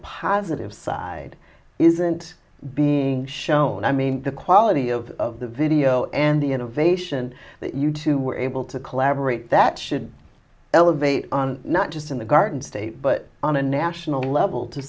positive side isn't being shown i mean the quality of the video and the innovation that you two were able to collaborate that should elevate not just in the garden state but on a national level to